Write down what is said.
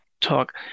talk